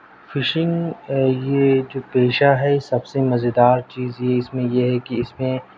fishing یہ جو پیشہ ہے سب سے مزیدار چیز یہ اس میں یہ ہے کہ اس میں